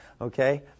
okay